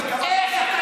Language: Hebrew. איך?